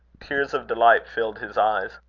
tears of delight filled his eyes.